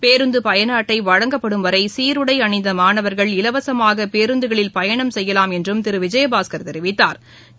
பேருந்துபயணஅட்டைவழங்கப்படும் வரைசீருடைஅணிந்தமாணவர்கள் இலவசமாகபேருந்துகளில் பயணம் செய்யலாம் என்றுதிருவிஜயபாஸ்கா் தெரிவித்தாா்